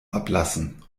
ablassen